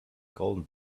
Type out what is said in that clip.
golden